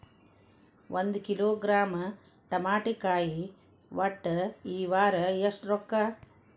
ಒಂದ್ ಕಿಲೋಗ್ರಾಂ ತಮಾಟಿಕಾಯಿ ಒಟ್ಟ ಈ ವಾರ ಎಷ್ಟ ರೊಕ್ಕಾ?